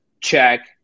check